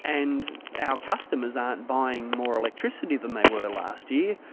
and our customers aren't buying more electricity than they were last year,